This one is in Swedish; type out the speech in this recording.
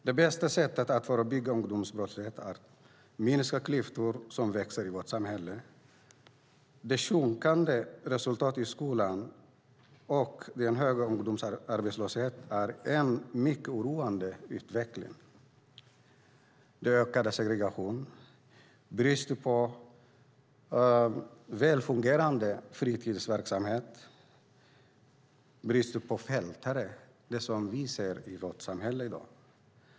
Det bästa sättet att förebygga ungdomsbrottslighet är att minska de växande klyftorna i vårt samhälle. Det sjunkande resultatet i skolan och den höga ungdomsarbetslösheten är en mycket oroande utveckling. En ökande segregation, brist på väl fungerande fritidsverksamhet och brist på fältare är något som vi ser i samhället i dag.